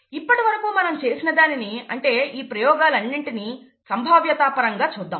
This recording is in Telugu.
ఇప్పటివరకు మనం చేసిన దానిని అంటే ఈ ప్రయోగాలు అన్నింటినీ సంభావ్యత పరంగా చూద్దాం